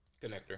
Connector